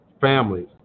families